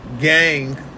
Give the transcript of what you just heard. gang